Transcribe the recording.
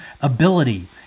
ability